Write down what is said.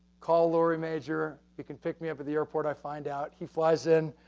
call laurie major. you can pick me up at the airport i find out. he flies in.